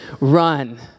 Run